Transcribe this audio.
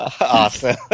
Awesome